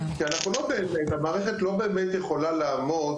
כי אנחנו לא באמת, המערכת לא באמת יכולה לעמוד